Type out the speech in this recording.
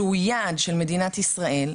שהוא יעד של מדינת ישראל,